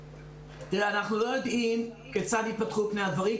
תראה, אנחנו לא יודעים כיצד יתפתחו פני הדברים.